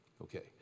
okay